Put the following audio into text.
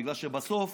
בגלל שבסוף